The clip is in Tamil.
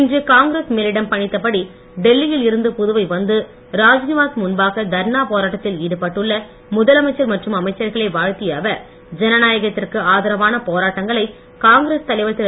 இன்று காங்கிரஸ் மேலிடம் பணித்த படி டெல்லி யில் இருந்து புதுவை வந்து ராஜ்நிவாஸ் முன்பாக தர்ணா போராட்டத்தில் ஈடுபட்டுள்ள முதலமைச்சர் மற்றும் அமைச்சர்களை வாழ்த்திய அவர் ஜனநாயகத்திற்கு ஆதரவான போராட்டங்களை காங்கிரஸ் தலைவர் திரு